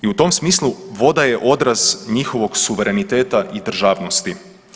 I u tom smislu voda je odraz njihovog suvereniteta i državnosti.